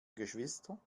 geschwister